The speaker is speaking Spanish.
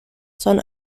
son